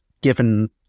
given